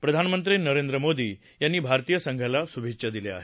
प्रधानमंत्री नरेंद्र मोदी यांनी भारतीय संघाला शुभेच्छा दिल्या आहेत